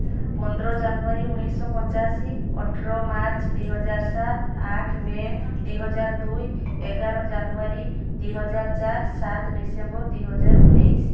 ପନ୍ଦର ଜାନୁୟାରୀ ଉଣେଇଶହ ପଞ୍ଚାଅଶୀ ଅଠର ମାର୍ଚ୍ଚ ଦୁଇ ହଜାର ସାତ ଆଠ ମେ ଦୁଇ ହଜାର ଦୁଇ ଏଗାର ଜାନୁୟାରୀ ଦୁଇ ହଜାର ଚାର ସାତ ଡିସେମ୍ବର ଦୁଇ ହଜାର ଉଣେଇଶ